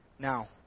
Now